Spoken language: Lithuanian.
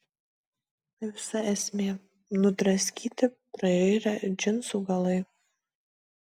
visa esmė nudraskyti prairę džinsų galai